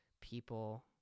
people